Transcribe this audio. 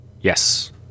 yes